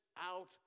out